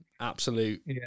Absolute